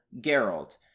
Geralt